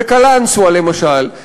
בקלנסואה למשל,